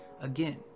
Again